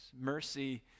Mercy